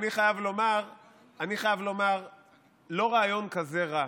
אני חייב לומר שזה לא רעיון כזה רע,